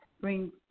bring